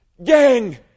Gang